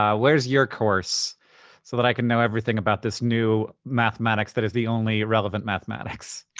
um where's your course so that i can know everything about this new mathematics that is the only relevant mathematics?